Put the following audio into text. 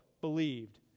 believed